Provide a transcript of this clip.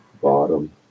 bottom